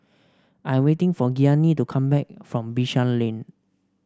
I'm waiting for Gianni to come back from Bishan Lane